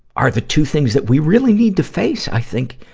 are the two things that we really need to face, i think,